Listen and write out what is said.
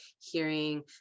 hearing